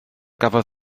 gafodd